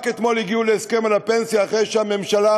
רק אתמול הגיעו להסכם על הפנסיה אחרי שהממשלה,